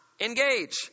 engage